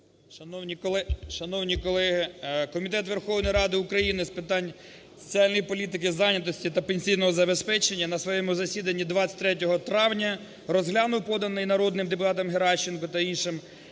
Шановні колеги! Комітет Верховної Ради України з питань соціальної політики, зайнятості та пенсійного забезпечення на своєму засіданні 23 травня розглянув поданий народним депутатом Геращенко та іншими